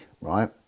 right